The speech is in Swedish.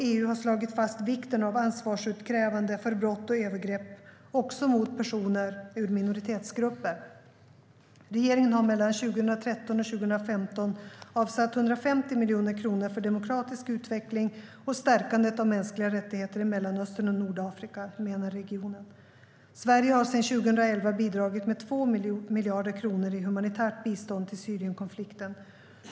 EU har slagit fast vikten av ansvarsutkrävande för brott och övergrepp, också mot personer ur minoritetsgrupper. Regeringen har mellan 2013 och 2015 avsatt 150 miljoner kronor för demokratisk utveckling och stärkandet av mänskliga rättigheter i Mellanöstern och Nordafrika, MENA-regionen. Sverige har sedan 2011 bidragit med 2 miljarder kronor i humanitärt bistånd till Syrienkonflikten.